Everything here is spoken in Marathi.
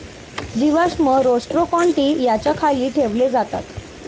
जीवाश्म रोस्ट्रोकोन्टि याच्या खाली ठेवले जातात